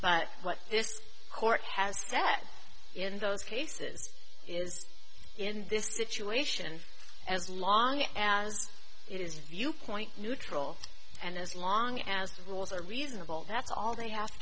but what this court has that in those cases is in this situation as long as it is viewpoint neutral and as long as the rules are reasonable that's all they have